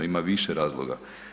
Ima više razloga.